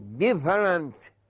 different